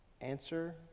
Answer